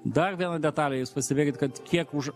dar viena detalė jūs pastebėkit kad kiek už